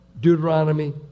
Deuteronomy